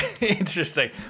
Interesting